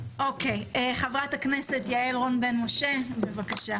חברת הכנסת יעל רון בן משה, בבקשה.